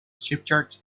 shipyards